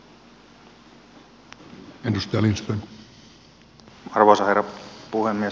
arvoisa herra puhemies